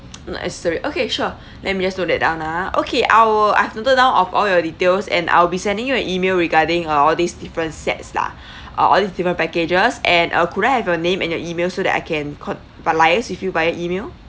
not necessary okay sure let me just note that down ah okay our I've noted down of all your details and I'll be sending you an email regarding uh all these different sets lah uh all these different packages and uh could I have your name and your email so that I can con~ but liase with you via email